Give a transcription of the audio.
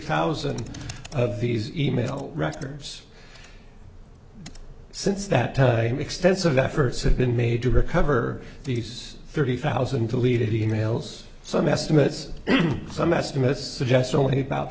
thousand of these e mail records since that time extensive efforts have been made to recover these thirty thousand to lead it e mails some estimates some estimates suggest only about